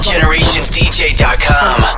GenerationsDJ.com